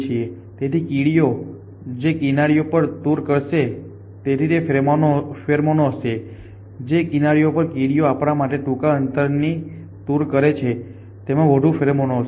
તેથી કીડીઓ જે કિનારીઓ પર ટૂર કરશે તેમાં ફેરોમોન્સ હશે જે કિનારીઓ પર કીડીઓ આપણા માટે ટૂંકા અંતરની ટૂર કરે છે તેમાં વધુ ફેરોમોન્સ હશે